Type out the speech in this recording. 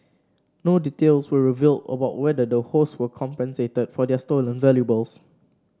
no details were revealed about whether the hosts were compensated for their stolen valuables